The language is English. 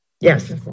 Yes